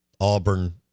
Auburn